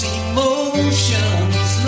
emotions